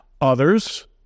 Others